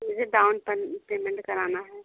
मुझे डाउन पन पेमेंट कराना है